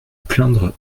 plaindre